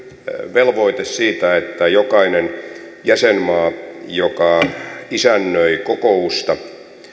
velvoite siitä että jokainen jäsenmaa joka isännöi kokousta